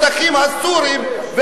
כאשר הטרקטורים נכנסו לשטחים הסוריים,